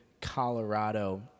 Colorado